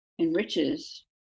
enriches